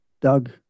Doug